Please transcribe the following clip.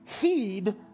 heed